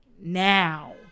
now